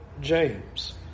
James